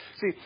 See